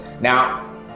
now